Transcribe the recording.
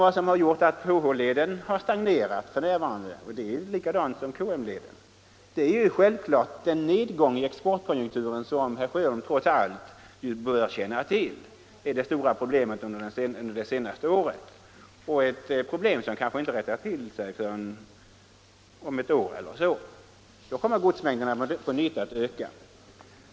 Det som har gjort att HH-leden stagnerar f. n. — precis som KM-leden -— är självklart den nedgång i exportkonjunkturen som herr Sjöholm trots allt bör känna till. Det är det stora problemet under det senaste året, ett problem som kanske inte rättar till sig förrän om ett år eller så. Då kommer godsmängden på nytt att öka.